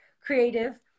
creative